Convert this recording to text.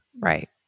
Right